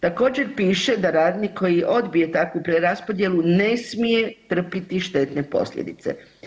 Također piše da radnik koji odbije takvu preraspodjelu ne smije trpiti štetne posljedice.